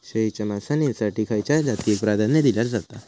शेळीच्या मांसाएसाठी खयच्या जातीएक प्राधान्य दिला जाता?